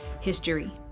history